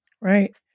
Right